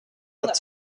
quatre